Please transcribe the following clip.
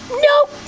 nope